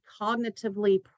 cognitively